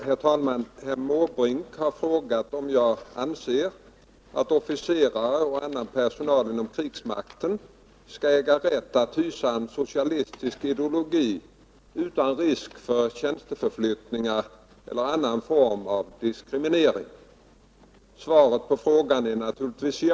Herr talman! Herr Måbrink har frågat om jag anser att officerare och annan personal inom krigsmakten skall äga rätt att hysa en socialistisk ideologi utan risk för tjänsteförflyttning eller annan form för diskriminering. Svaret på frågan är naturligtvis ja.